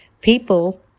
people